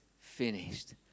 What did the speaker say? finished